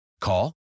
Call